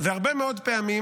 והרבה מאוד פעמים,